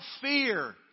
fear